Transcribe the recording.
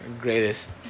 greatest